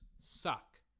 suck